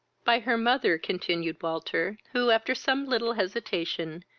by her mother, continued walter, who, after some little hesitation,